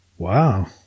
Wow